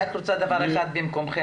אני רוצה להשיב דבר אחד במקומכם.